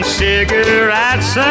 cigarettes